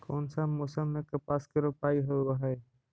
कोन सा मोसम मे कपास के रोपाई होबहय?